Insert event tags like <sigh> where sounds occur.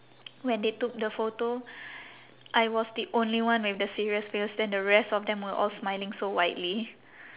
<noise> when they took the photo I was the only one with the serious face then the rest of them were all smiling so widely